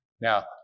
Now